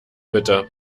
bitte